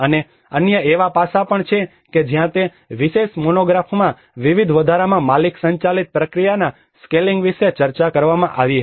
અને અન્ય એવા પાસાં પણ છે કે જ્યાં તે વિશેષ મોનોગ્રાફમાં વિવિધ વધારામાં માલિક સંચાલિત પ્રક્રિયાના સ્કેલિંગ વિશે ચર્ચા કરવામાં આવી હતી